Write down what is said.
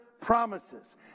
promises